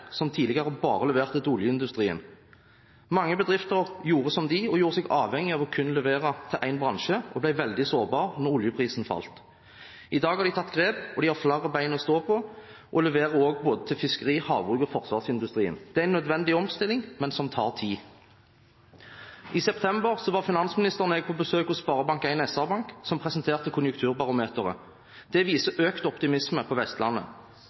som tidligere bare leverte til oljeindustrien. Mange bedrifter gjorde som dem, de gjorde seg avhengig av kun å levere til én bransje, og de ble veldig sårbare da oljeprisen falt. I dag har de tatt grep og har flere bein å stå på, og de leverer også til både fiskeri, havbruk og forsvarsindustrien. Det er en nødvendig omstilling, men den tar tid. I september var finansministeren og jeg på besøk hos Sparebank 1 SR-Bank, som presenterte konjunkturbarometeret. Det viser økt optimisme på Vestlandet.